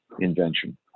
invention